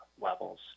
levels